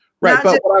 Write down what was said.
Right